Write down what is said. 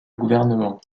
gouvernement